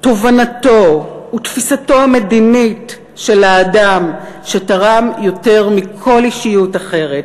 תובנתו ותפיסתו המדינית של האדם שתרם יותר מכל אישיות אחרת